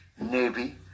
Navy